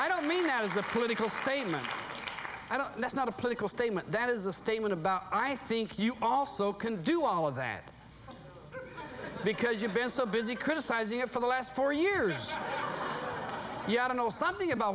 i don't mean that as a political statement and that's not a political statement that is a statement about i think you also can do all of that because you've been so busy criticizing him for the last four years yet to know something about